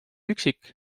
üksik